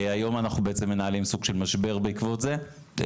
היום אנחנו מנהלים סוג של משבר בעקבות זה.